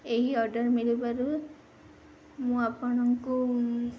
ଏହି ଅର୍ଡ଼ର୍ ମିଳିବାରୁ ମୁଁ ଆପଣଙ୍କୁ